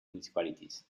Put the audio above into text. municipalities